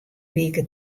wike